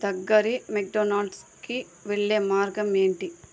దగ్గరి మెక్డొనాల్డ్స్కి వెళ్ళే మార్గం ఏంటి